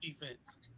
defense